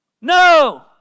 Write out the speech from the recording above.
No